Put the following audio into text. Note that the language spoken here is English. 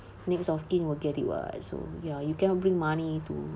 next of kin will get it [what] so ya you cannot bring money to